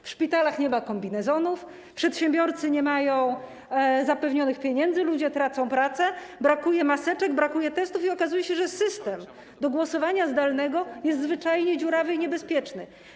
W szpitalach nie ma kombinezonów, przedsiębiorcy nie mają zapewnionych pieniędzy, ludzie tracą pracę, brakuje maseczek, brakuje testów i okazuje się, że system do głosowania zdalnego jest zwyczajnie dziurawy i niebezpieczny.